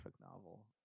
novel